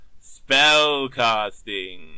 Spellcasting